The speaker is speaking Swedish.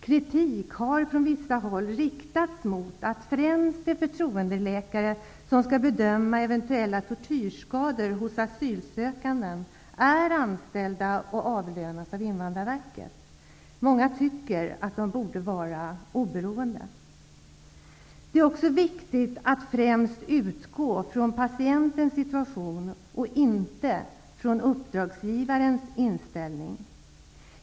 Kritik har från vissa håll riktas mot att främst de förtroendeläkare som skall bedöma eventuella tortyrskador hos asylsökande är anställda och avlönade av Invandrarverket. Många tycker att de borde vara oberoende. Det är också viktigt att utgå främst från patientens situation och inte från uppdragsgivarens inställning.